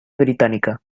británica